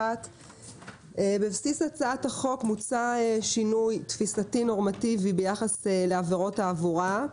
בבסיס הצעת החוק מוצע שינוי תפיסתי נורמטיבי ביחס לעבירות תעבורה,